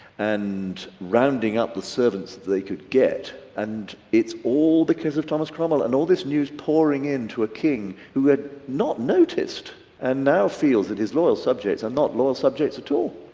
and rounding up the servants that they could get and it's all because of thomas cromwell and all this news pouring into a king who had not noticed and now feels that his loyal subjects are not loyal subjects at all.